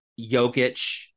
Jokic